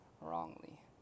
wrongly